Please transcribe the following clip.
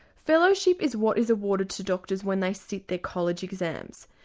fellowship is what is awarded to doctors when they sit their college exams.